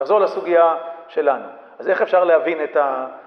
תחזור לסוגיה שלנו, אז איך אפשר להבין את ה...